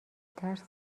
ترس